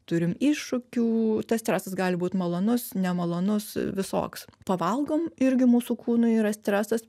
turim iššūkių tas stresas gali būt malonus nemalonus visoks pavalgom irgi mūsų kūnui yra stresas